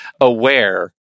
aware